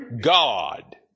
God